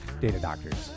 datadoctors